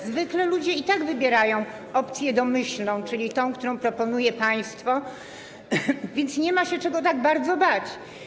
Zwykle ludzie i tak wybierają opcję domyślną, czyli tę, którą proponuje państwo, więc nie ma się czego tak bardzo bać.